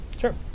Sure